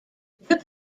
wird